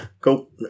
cool